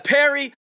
Perry